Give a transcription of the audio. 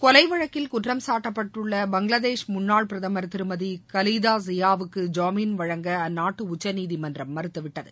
கொலை வழக்கில் குற்றம் காட்டப்பட்டுள்ள பங்களாதேஷ் முன்னாள் பிரதமர் திருமதி கவித்தா ஜியாவுக்கு ஜாமீன் வழங்க அந்நாட்டு உச்சநீதிமன்றம் மறுத்துவிட்டது